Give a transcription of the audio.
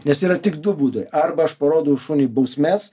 nes yra tik du būdai arba aš parodau šuniui bausmes